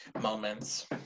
moments